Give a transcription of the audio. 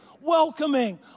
Welcoming